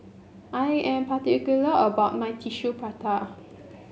I am particular about my Tissue Prata